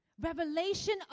revelation